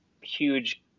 huge